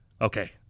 Okay